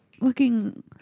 looking